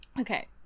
Okay